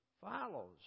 follows